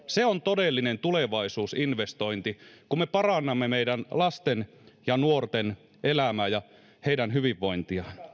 se on todellinen tulevaisuusinvestointi kun me parannamme meidän lasten ja nuorten elämää ja heidän hyvinvointiaan